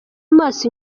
amaso